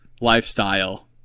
lifestyle